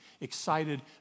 excited